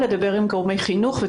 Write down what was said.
דסק חינוך,